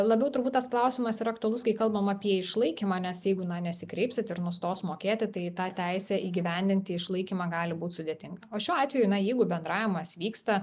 labiau turbūt tas klausimas yra aktualus kai kalbam apie išlaikymą nes jeigu nesikreipsit ir nustos mokėti tai tą teisę įgyvendinti išlaikymą gali būt sudėtinga o šiuo atveju jeigu bendravimas vyksta